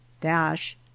Dash